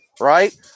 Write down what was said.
right